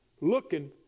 looking